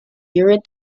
urine